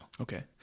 Okay